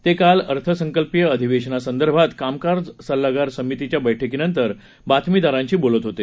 ते काल अर्थसंकल्पीय अधिवेशनासंदर्भात कामकाज सल्लागार समितीच्या बैठकीनंतर बातमीदारांशी बोलत होते